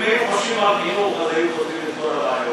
אם היו חושבים על חינוך אז היו פותרים את כל הבעיות.